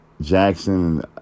Jackson